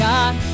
God